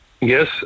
Yes